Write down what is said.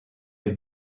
les